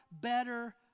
better